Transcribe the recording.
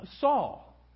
Saul